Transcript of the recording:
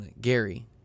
Gary